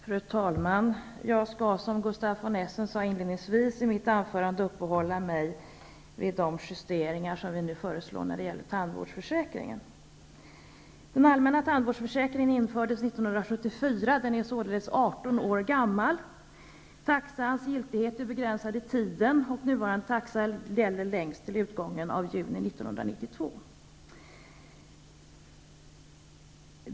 Fru talman! Jag skall, som Gustaf von Essen sade inledningsvis, i mitt anförande uppehålla mig vid de justeringar som vi nu föreslår när det gäller tandvårdsförsäkringen. 1974. Den är således 18 år gammal. Taxans giltighet är begränsad i tiden. Nuvarande taxa gäller längst till utgången av juni 1992.